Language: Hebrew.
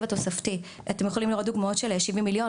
התוספתי דוגמה של כ-70 מיליוני שקלים,